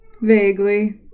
Vaguely